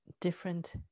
different